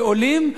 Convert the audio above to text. ועולים,